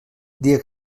dia